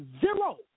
zero